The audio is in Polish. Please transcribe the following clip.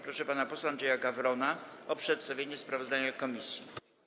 Proszę pana posła Andrzeja Gawrona o przedstawienie sprawozdania komisji.